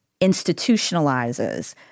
institutionalizes